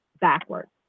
backwards